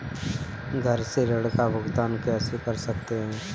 घर से ऋण का भुगतान कैसे कर सकते हैं?